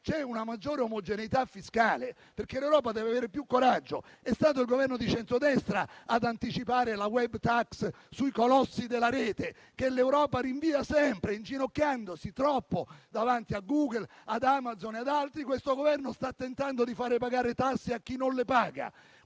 C'è una maggiore omogeneità fiscale e l'Europa deve avere più coraggio. È stato il Governo di centrodestra ad anticipare la *web tax* sui colossi della Rete, che l'Europa rinvia sempre, inginocchiandosi troppo davanti a Google, ad Amazon e ad altri. Questo Governo sta tentando di far pagare le tasse a chi non le paga.